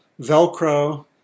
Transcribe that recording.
Velcro